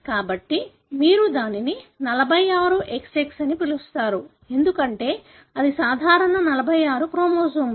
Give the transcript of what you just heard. కాబట్టి మీరు దానిని 46 XX అని పిలుస్తారు ఎందుకంటే అది సాధారణ 46 క్రోమోజోములు